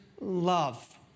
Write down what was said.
love